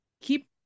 keep